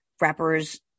rappers